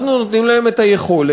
אנחנו נותנים להם את היכולת.